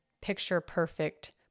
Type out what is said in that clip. picture-perfect